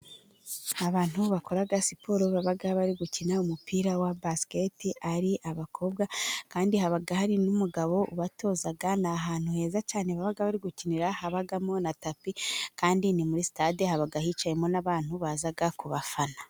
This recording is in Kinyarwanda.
Abantu bakora siporo baba bari gukina umupira wa basiketi ari abakobwa kandi haba hari n'umugabo ubatoza, ni ahantu heza cyane baba bari gukinira habamo na tapi, kandi ni muri sitade haba hicayemo n'abantu baza gufana.